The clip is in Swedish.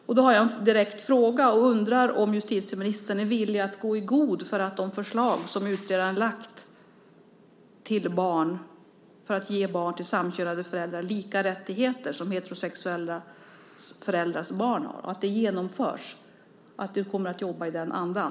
Jag har en direkt fråga: Är justitieministern villig att gå i god för att de förslag som utredaren lagt fram för att ge barn till samkönade föräldrar samma rättigheter som heterosexuella föräldrars barn genomförs? Kommer du att jobba i den andan?